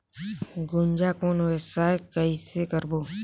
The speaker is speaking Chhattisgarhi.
गुनजा कौन व्यवसाय कइसे करबो?